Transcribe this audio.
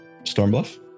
Stormbluff